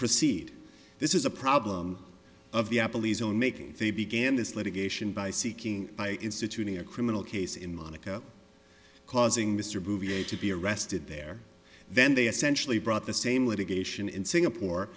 proceed this is a problem of the apple e's own making they began this litigation by seeking by instituting a criminal case in monaco causing mr bouvier to be arrested there then they essentially brought the same litigation in singapore